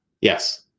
Yes